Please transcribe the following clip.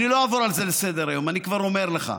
אני לא אעבור על זה לסדר-היום, אני כבר אומר לך.